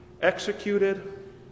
executed